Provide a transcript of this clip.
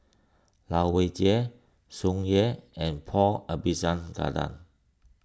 Lai Weijie Tsung Yeh and Paul Abisheganaden